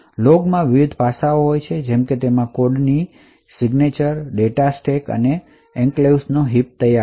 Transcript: તેથી લૉગમાં વિવિધ પાસાઓ હોય છે જેમ કે તેમાં કોડની સહીઓ ડેટા સ્ટેક હીપ અને એન્ક્લેવ્સ છે